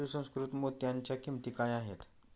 सुसंस्कृत मोत्यांच्या किंमती काय आहेत